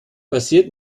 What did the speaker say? passiert